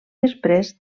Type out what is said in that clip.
després